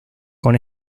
con